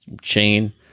chain